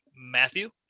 Matthew